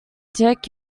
check